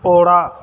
ᱚᱲᱟᱜ